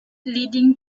leading